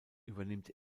übernimmt